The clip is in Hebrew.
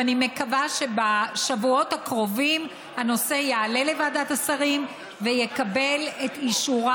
ואני מקווה שבשבועות הקרובים הנושא יעלה לוועדת השרים ויקבל את אישורה,